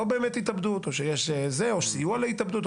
באמת התאבדות או שהיה סיוע להתאבדות,